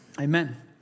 Amen